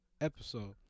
episode